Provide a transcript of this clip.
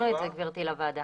העברנו את זה, גברתי, לוועדה.